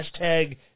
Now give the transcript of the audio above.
Hashtag